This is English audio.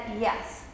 yes